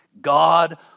God